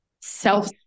self